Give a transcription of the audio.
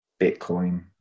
Bitcoin